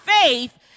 faith